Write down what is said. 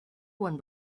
one